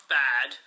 bad